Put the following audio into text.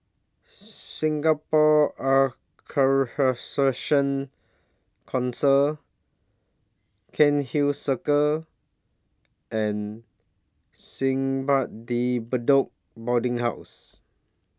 Singapore Council Cairnhill Circle and Simpang De Bedok Boarding House